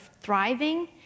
thriving